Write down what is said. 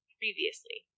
previously